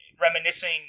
reminiscing